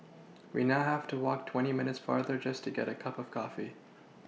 we now have to walk twenty minutes farther just to get a cup of coffee